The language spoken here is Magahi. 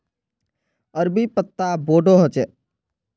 अरबी पत्ता बोडो होचे